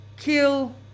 kill